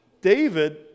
David